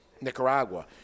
Nicaragua